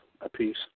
apiece